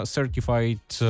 Certified